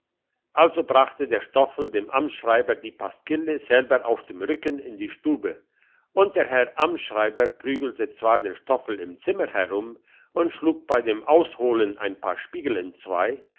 also brachte der stoffel dem amtsschreiber die pasquille selber auf dem rücken in die stube und der herr amtsschreiber prügelte zwar den stoffel im zimmer herum und schlug bei dem ausholen ein paar spiegel entzwei